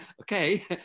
Okay